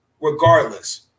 regardless